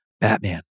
Batman